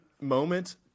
moment